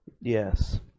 Yes